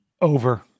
Over